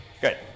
Good